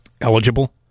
eligible